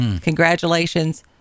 Congratulations